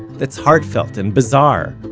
that's heartfelt, and bizarre,